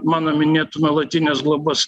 mano minėtų nuolatinės globos